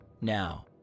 Now